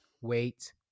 wait